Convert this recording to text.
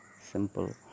simple